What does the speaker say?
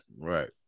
Right